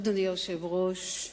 אדוני היושב-ראש,